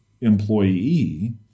employee